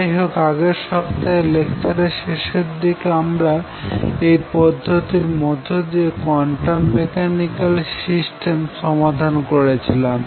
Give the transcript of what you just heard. যাইহোক আগের সপ্তাহে লেকচারের শেষের দিকে আমারা এই পদ্ধতির মধ্যদিয়ে কোয়ান্টাম মেকানিক্যাল সিস্টেম সমাধান করেছিলাম